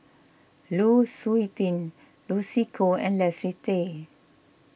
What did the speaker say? Lu Suitin Lucy Koh and Leslie Tay